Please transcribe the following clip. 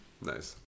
Nice